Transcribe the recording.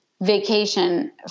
vacation